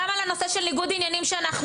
גם על הנושא של ניגוד עניינים שאנחנו